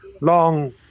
long